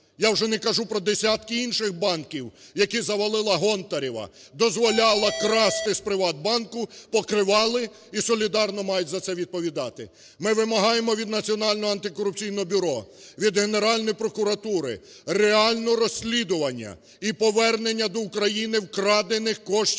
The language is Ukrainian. я вже не кажу про десятки інших банків, які завалила Гонтарева, дозволяла красти з "ПриватБанку", покривали і солідарно мають за це відповідати. Ми вимагаємо від Національного антикорупційного бюро, від Генеральної прокуратури реального розслідування і повернення до України вкрадених коштів